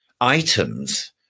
items